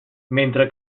mentre